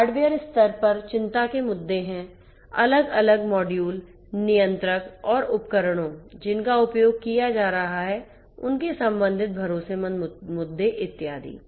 hardware स्तर पर चिंता के मुद्दे हैं अलग अलग मॉड्यूल नियंत्रक और उपकरणों जिनका उपयोग किया जा रहा है और उनके संबंधित भरोसेमंद मुद्दे इत्यादि